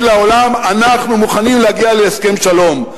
לעולם: אנחנו מוכנים להגיע להסכם שלום.